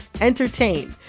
entertain